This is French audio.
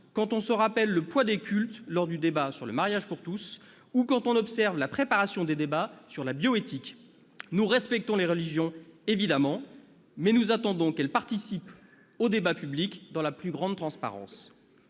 quand on se rappelle le poids des cultes lors du débat sur le mariage pour tous ou quand on observe la préparation des débats sur la bioéthique. Nous respectons les religions, mais nous attendons qu'elles participent au débat public dans la plus grande transparence.